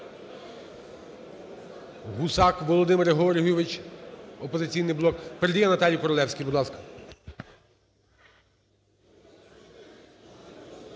Володимир Георгійович, "Опозиційний блок". Передає Наталії Королевській. Будь ласка.